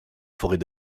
forêt